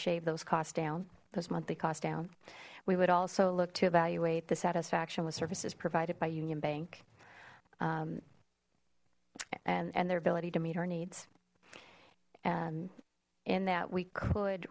shave those costs down those monthly cost down we would also look to evaluate the satisfaction with services provided by union bank and and their ability to meet our needs and in that we could